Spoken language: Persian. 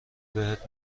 بهت